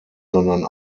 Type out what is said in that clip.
sondern